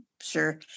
sure